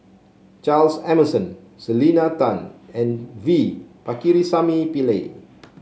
Charles Emmerson Selena Tan and V Pakirisamy Pillai